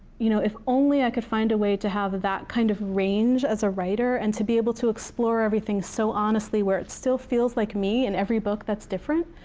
you know if only i could find a way to have that kind of range as a writer, and to be able to explore everything so honestly, where it still feels like me. in every book, that's different.